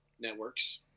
networks